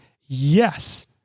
Yes